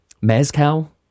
mezcal